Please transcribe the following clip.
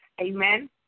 Amen